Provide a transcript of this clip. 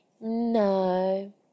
no